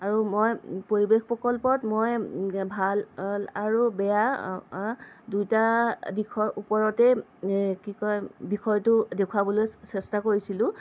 আৰু মই পৰিৱেশ প্ৰকল্পত মই ভাল আৰু বেয়া দুয়োটা দিশৰ ওপৰতে কি কয় বিষয়টো দেখুৱাবলৈ চেষ্টা কৰিছিলোঁ